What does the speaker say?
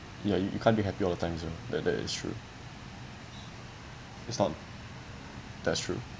ya you you can't be happy all the time also that that is true it's not that's true